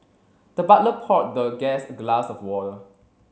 the butler poured the guest a glass of water